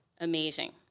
amazing